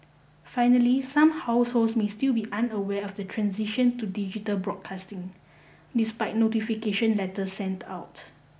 finally some households may still be unaware of the transition to digital broadcasting despite notification letter sent out